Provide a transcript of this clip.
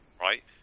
right